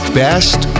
best